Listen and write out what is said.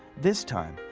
this time,